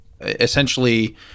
Essentially